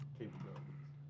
capabilities